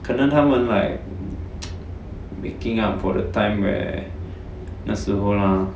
可能他们 like making up for the time where 那时候 lah